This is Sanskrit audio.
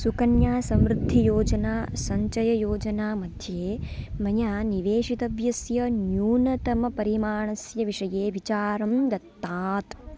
सुकन्यासमृद्धियोजना सञ्चययोजना मध्ये मया निवेशितव्यस्य न्यूनतमपरिमाणस्य विषये विचारं दत्तात्